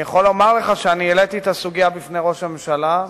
ואני יכול לומר לך שהעליתי את הסוגיה בפני ראש הממשלה,